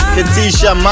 Katisha